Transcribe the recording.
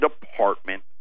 Department